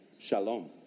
Shalom